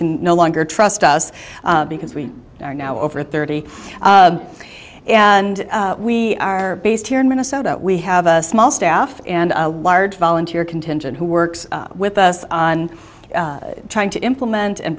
can no longer trust us because we are now over thirty and we are based here in minnesota we have a small staff and a large volunteer contingent who works with us on trying to implement and